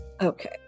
Okay